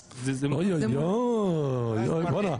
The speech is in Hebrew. אוי, אוי, אוי.